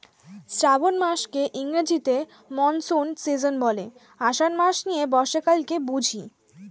শ্রাবন মাসকে ইংরেজিতে monsoon season বলে, আষাঢ় মাস নিয়ে বর্ষাকালকে বুঝি